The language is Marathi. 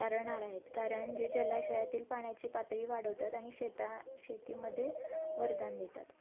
तारणहार आहेत कारण जे जलाशयातील पाण्याची पातळी वाढवतात आणि शेता शेतीमध्ये वरदान देतात